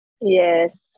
Yes